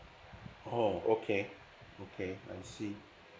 oh okay okay I see